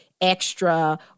extra